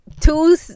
two